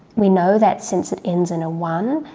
we know that since it ends in a one,